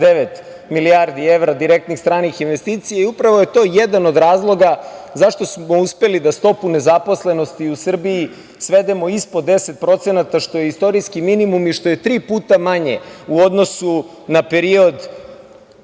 2,9 milijardi evra direktnih stranih investicija. Upravo je to jedan od razloga zašto smo uspeli da stopu nezaposlenosti u Srbiji svedemo ispod 10%, što je istorijski minimum i što je tri puta manje u odnosu na period